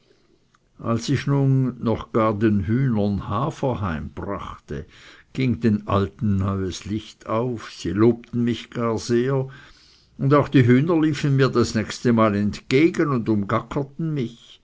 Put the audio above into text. als ich nun noch gar den hühnern hafer heimbrachte ging den alten eine neues licht auf sie lobten mich gar sehr und auch die hühner liefen mir das nächste mal entgegen und umgaggerten mich